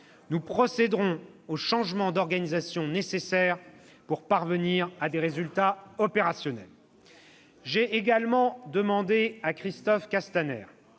Nous procéderons aux changements d'organisation nécessaires pour parvenir à ces résultats opérationnels. « J'ai également demandé à Christophe Castaner